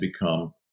become